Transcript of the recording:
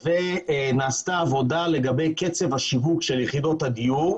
ונעשתה עבודה לגבי קצב השיווק של יחידות הדיור.